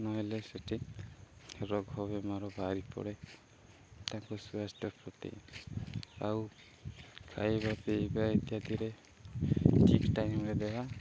ନହେଲେ ସେଠି ରୋଗ ବେମାର ବାହାରି ପଡ଼େ ତାଙ୍କୁ ସ୍ୱାସ୍ଥ୍ୟ ପ୍ରତି ଆଉ ଖାଇବା ପିଇବା ଇତ୍ୟାଦିରେ ଠିକ୍ ଟାଇମ୍ରେ ଦେବା